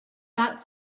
that